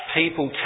people